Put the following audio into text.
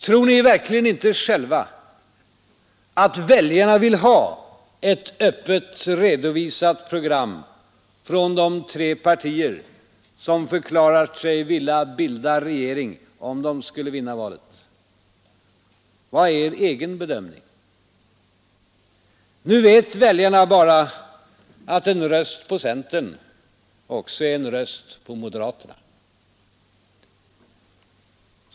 Tror ni verkligen inte själva att väljarna vill ha ett öppet redovisat program från de tre partier som förklarar sig vilja bilda regering om de skulle vinna valet? Vad är er egen bedömning? Nu vet väljarna bara att en röst på centern också är en röst på moderaterna.